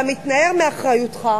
אתה מתנער מאחריותך,